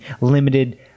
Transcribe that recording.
limited